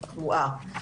כן,